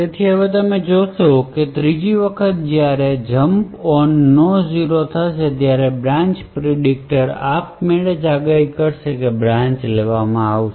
તેથી હવે તમે જોશો કે ત્રીજી વખત જ્યારે jump on no zero થશે ત્યારે બ્રાન્ચ નો પ્રિડિકટર આપમેળે આગાહી કરશે કે બ્રાન્ચ લેવામાં આવશે